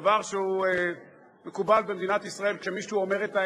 אני מדבר על המיגון האישי שכל אזרח במדינת ישראל עשוי או עלול להזדקק